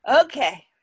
okay